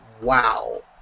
Wow